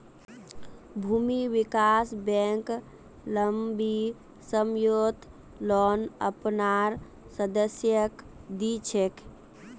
भूमि विकास बैंक लम्बी सम्ययोत लोन अपनार सदस्यक दी छेक